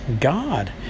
God